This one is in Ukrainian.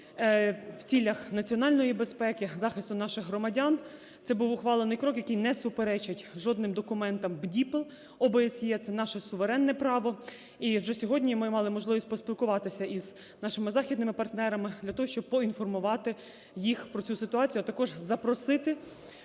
в цілях національної безпеки, захисту наших громадян, це був ухвалений крок, який не суперечить жодним документам БДІПЛ ОБСЄ, це наше суверенне право. І вже сьогодні ми мали можливість поспілкуватися, і з нашими західними партнерами для того, щоб поінформувати їх про цю ситуацію, а також запросити